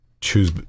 choose